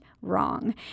wrong